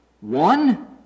One